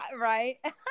Right